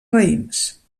raïms